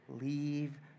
leave